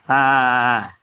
ஆ ஆ ஆ ஆ